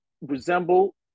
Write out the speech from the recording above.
resemble